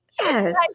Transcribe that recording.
yes